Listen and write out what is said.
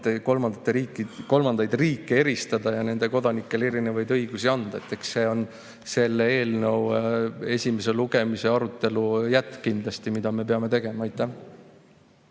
kolmandaid riike eristada ja nende kodanikele erinevaid õigusi anda. Eks see on selle eelnõu esimese lugemise arutelu jätk kindlasti, mida me peame tegema. Paul